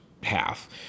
half